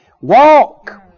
Walk